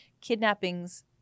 Kidnappings